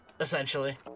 essentially